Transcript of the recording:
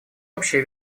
общее